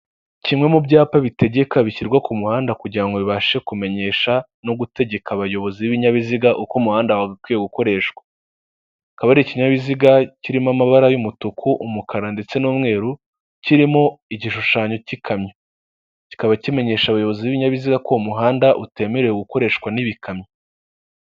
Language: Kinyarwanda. Kimwe mu byapa bitegeka bishyirwa ku muhanda kugira bibashe kumenyesha no gutegeka abayobozi b'ibinyabiziga uko umuhanda wagakwiye gukoreshwa. Akaba ari ikinyabiziga kirimo amabara y'umutuku, umukara, ndetse n'umweru kirimo igishushanyo cy'ikamyo, kikaba kimenyesha abayobozi b'ibinyabiziga ko uwo muhanda utemerewe gukoreshwa n'ibikamyo.